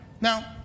Now